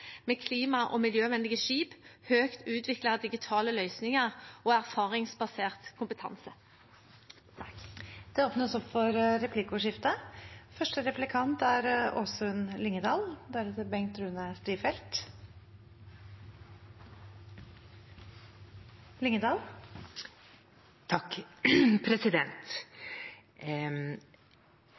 med klima- og miljøvennlige skip, høyt utviklede digitale løsninger og erfaringsbasert kompetanse. Det